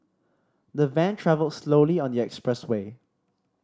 the van travelled slowly on the expressway